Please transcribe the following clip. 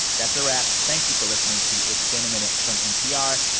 that's a wrap. thank you for listening to it's been a minute from npr.